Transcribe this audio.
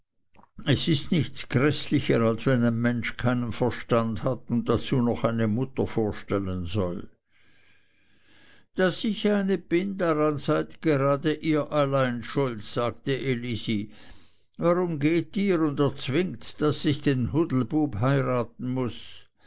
es ist nichts gräßlicher als wenn ein mensch keinen verstand hat und dazu noch eine mutter vorstellen soll daß ich eine bin daran seid gerade ihr allein schuld sagte elisi warum geht ihr und erzwingts daß ich den hudelbub heiraten muß